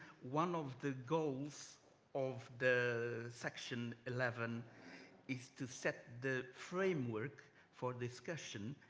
one of the goals of the section eleven is to set the framework for discussion,